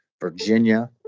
Virginia